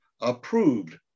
approved